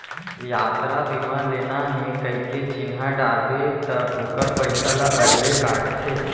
यातरा बीमा लेना हे कइके चिन्हा डारबे त ओकर पइसा ल अलगे काटथे